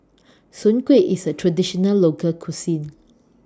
Soon Kueh IS A Traditional Local Cuisine